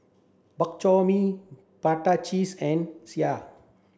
Bak Chor Mee Prata Cheese and Sireh